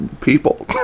people